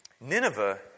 Nineveh